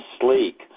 sleek